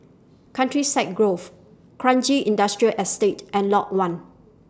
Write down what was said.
Countryside Grove Kranji Industrial Estate and Lot one